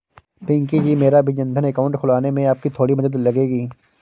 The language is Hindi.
पिंकी जी मेरा भी जनधन अकाउंट खुलवाने में आपकी थोड़ी मदद लगेगी